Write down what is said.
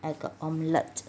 I got omelette